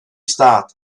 stát